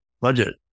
budget